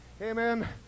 amen